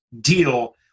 deal